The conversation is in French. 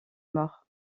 mort